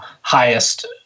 highest